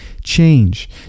change